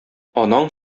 анаң